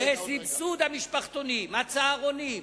בסבסוד המשפחתונים, הצהרונים,